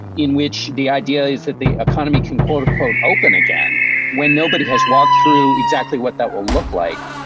in which the idea is that the economy can, quote unquote, open again when nobody has walked through exactly what that will look like.